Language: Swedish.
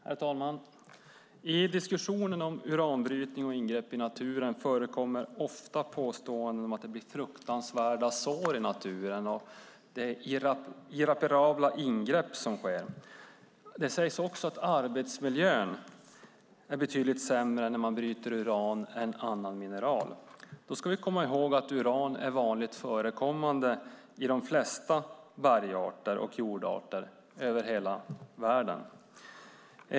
Herr talman! I diskussionen om uranbrytning och ingrepp i naturen förekommer ofta påståenden om att det blir fruktansvärda sår i naturen och om att irreparabla ingrepp sker. Det sägs också att arbetsmiljön vid uranbrytning är betydligt sämre än vid brytning av annat mineral. Men vi ska komma ihåg att uran är vanligt förekommande i de flesta bergarter och jordarter över hela världen.